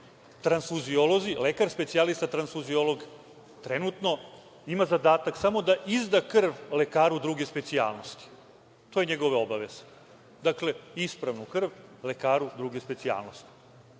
transfuziolozi, lekar specijalista transfuziolog trenutno ima zadatak samo da izda krv lekaru druge specijalnosti, to je njegova obaveza, dakle, ispravnu krv lekaru druge specijalnosti.